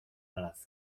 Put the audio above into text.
alaski